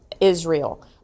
Israel